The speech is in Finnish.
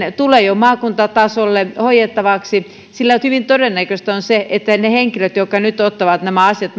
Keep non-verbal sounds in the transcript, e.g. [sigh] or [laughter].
tulee jo maakuntatasolle hoidettavaksi sillä hyvin todennäköistä on se että ne ne henkilöt jotka nyt ottavat nämä asiat [unintelligible]